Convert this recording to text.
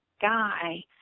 guy